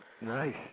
nice